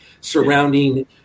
surrounding